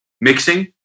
mixing